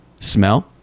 smell